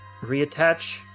reattach